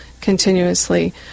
continuously